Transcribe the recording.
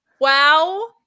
Wow